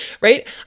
right